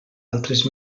altres